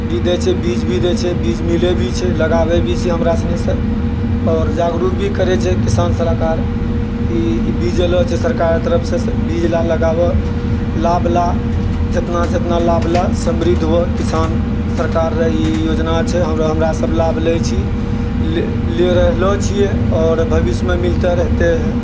भी दैत छै बीज भी दैत छै बीज मिलैत भी छै लगाबैत भी छियै हमरासनी आओर जागरूक भी करैत छै किसान सलाहकार कि बीज एलो छै सरकार तरफसँ बीज लए लगाबह लाभ लए जितना जितना लाभ लए समृद्ध हुअह किसान सरकार र ई योजना छै हमरासभ लाभ लैत छी ले रहलो छियै आओर भविष्यमे मिलते रहते हैँ